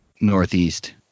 northeast